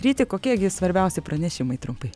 ryti kokie gi svarbiausi pranešimai trumpai